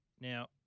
Now